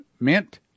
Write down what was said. mint